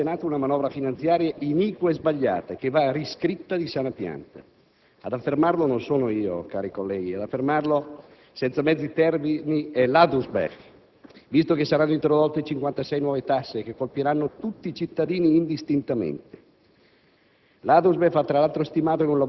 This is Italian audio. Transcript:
Quella che il Governo si appresta ad approvare al Senato è una manovra finanziaria iniqua e sbagliata, che va riscritta di sana pianta. Ad affermarlo non sono io, cari colleghi: ad affermarlo senza mezzi termini è l'Adusbef, visto che saranno introdotte 56 nuove tasse che colpiranno tutti cittadini indistintamente.